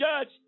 Judge